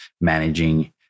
managing